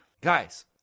Guys